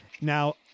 Now